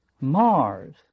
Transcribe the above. Mars